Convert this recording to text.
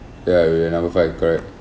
ya we at number five correct